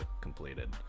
completed